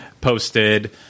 posted